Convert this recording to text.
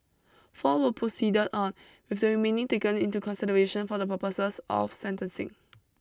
four were proceeded on with the remaining taken into consideration for the purposes of sentencing